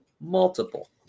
multiple